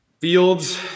Fields